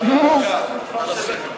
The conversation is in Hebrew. רמי טייב,